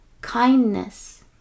kindness